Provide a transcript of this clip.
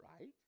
right